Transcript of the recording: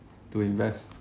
to invest